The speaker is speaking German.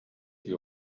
die